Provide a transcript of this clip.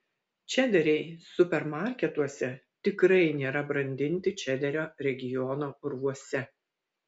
čederiai supermarketuose tikrai nėra brandinti čederio regiono urvuose